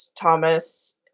Thomas